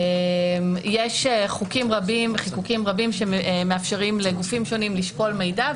יש חוקים רבים וחיקוקים רבים שמאפשרים לגופים שונים לשקול מידע,